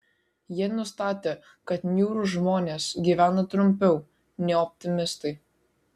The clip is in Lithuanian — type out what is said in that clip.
jie nustatė kad niūrūs žmonės gyvena trumpiau nei optimistai